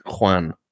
Juan